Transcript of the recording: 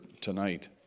tonight